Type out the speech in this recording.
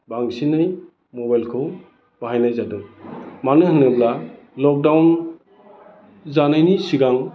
बांसिनै मबाइलखौ बाहायनाय जादों मानो होनोब्ला लकडाउन जानायनि सिगां